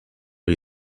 jej